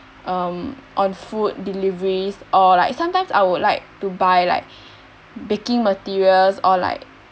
um on food deliveries or like sometimes I would like to buy like baking materials or like